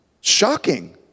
Shocking